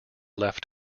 left